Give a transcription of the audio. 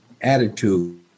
attitude